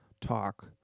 talk